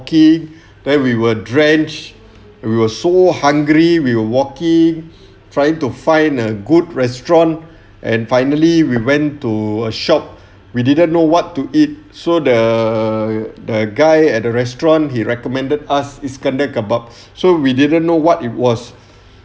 ing then we were drenched we were so hungry we were walking trying to find a good restaurant and finally we went to a shop we didn't know what to eat so the the guy at the restaurant he recommended us iskandar kebabs so we didn't know what it was